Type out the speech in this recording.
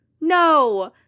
No